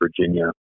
Virginia